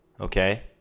Okay